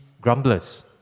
grumblers